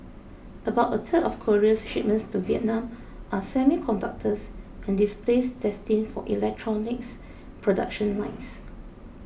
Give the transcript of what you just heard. about a third of Korea's shipments to Vietnam are semiconductors and displays destined for electronics production lines